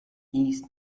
east